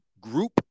group